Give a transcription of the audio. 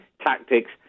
tactics